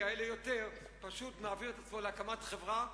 כמה יותר פשוט מעביר את עצמו להקמת חברה,